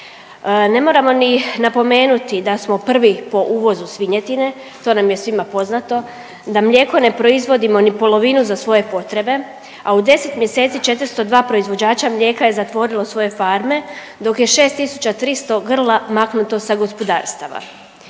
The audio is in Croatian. Ne moramo ni napomenuti da smo prvi po uvozu svinjetine, to nam je svima poznato, da mlijeko ne proizvodimo ni polovinu za svoje potrebe, a u 10 mjeseci 402 proizvođača mlijeka je zatvorilo svoje farme dok je 6300 grla maknuto sa gospodarstava.